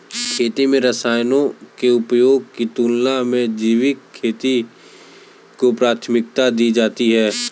खेती में रसायनों के उपयोग की तुलना में जैविक खेती को प्राथमिकता दी जाती है